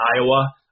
Iowa